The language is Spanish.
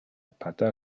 pata